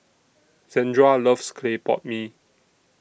Zandra loves Clay Pot Mee